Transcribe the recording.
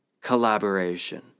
Collaboration